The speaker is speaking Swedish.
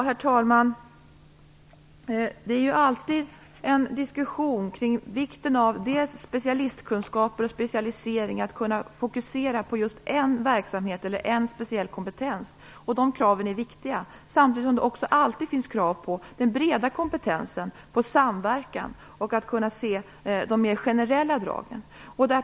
Herr talman! Det är alltid en diskussion kring vikten av specialistkunskaper och specialisering, att kunna fokusera just en verksamhet eller en speciell kompetens. De kraven är viktiga. Samtidigt finns det alltid krav på den breda kompetensen, på samverkan, att kunna se de mer generella dragen.